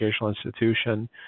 institution